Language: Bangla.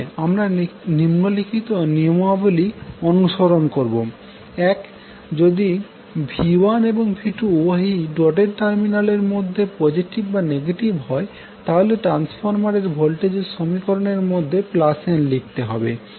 আমরা নিম্নলিখিত নিয়মাবলী অনুসরণ করবো যদি V1এবং V2উভয়ই ডটেড টার্মিনাল এর মধ্যে পজেটিভ বা নেগেটিভ হয় তাহলে ট্রান্সফরমারের ভোল্টেজ এর সমীকরণ এর মধ্যে n লিখতে হবে